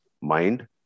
mind